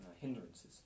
hindrances